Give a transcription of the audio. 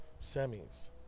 semis